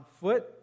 foot